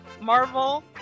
Marvel